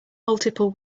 multiple